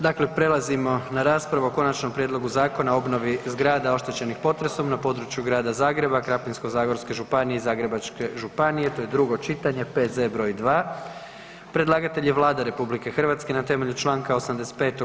Dakle, prelazimo na raspravu o Konačnom prijedlogu Zakona o obnovi zgrada oštećenih potresom na području Grada Zagreba, Krapinsko-zagorske županije i Zagrebačke županije, to je drugo čitanje, P.Z. br. 2. Predlagatelj je Vlada RH na temelju čl. 85.